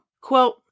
Quote